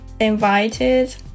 invited